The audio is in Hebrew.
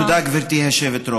תודה, גברתי היושבת-ראש.